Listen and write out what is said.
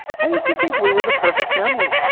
i used to think we were the perfect family.